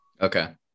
Okay